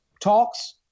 talks